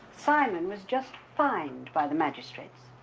simon was just fined by the magistrates.